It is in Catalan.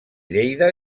lleida